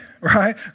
right